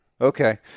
Okay